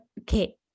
okay